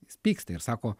jis pyksta ir sako